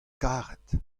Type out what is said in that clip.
karet